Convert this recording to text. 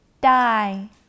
die